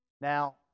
Now